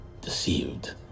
deceived